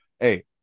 Hey